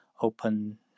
open